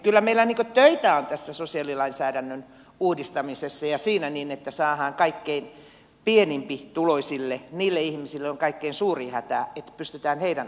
kyllä meillä töitä on tässä sosiaalilainsäädännön uudistamisessa ja siinä että pystytään kaikkein pienituloisimpien niiden ihmisten joilla on kaikkein suurin hätä asioita auttamaan